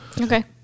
Okay